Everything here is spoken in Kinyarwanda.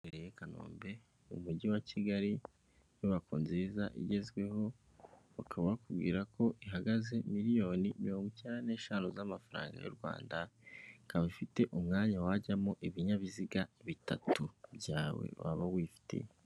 Iherereye i Kanombe mu mujyi wa Kigali, inyubako nziza igezweho bakaba bakubwira ko ihagaze miliyoni mirongo icyenda n'eshanu z'amafaranga y'u Rwanda, ikaba ifite umwanya wajyamo ibinyabiziga bitatu byawe waba wifitiye.